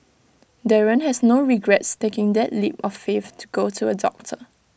Darren has no regrets taking that leap of faith to go to A doctor